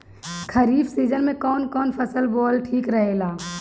खरीफ़ season में कौन फसल बोअल ठिक रहेला ह?